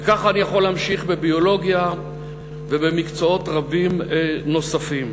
וכך אני יכול להמשיך בביולוגיה ובמקצועות רבים נוספים.